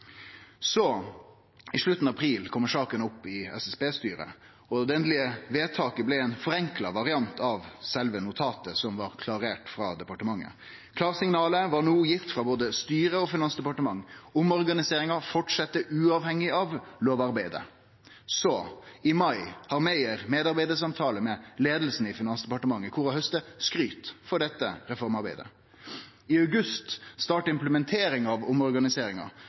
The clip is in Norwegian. I slutten av april kom saka opp i SSB-styret. Det endelege vedtaket blei ein forenkla variant av sjølve notatet, som var klarert frå departementet. Klarsignalet var no gitt frå både styret og Finansdepartementet – omorganiseringa fortset uavhengig av lovarbeidet. I mai hadde Meyer medarbeidarsamtale med leiinga i Finansdepartementet der ho hausta skryt for dette reformarbeidet. I august starta implementeringa av omorganiseringa.